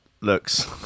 looks